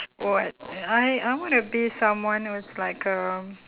what I I want to be someone who's like um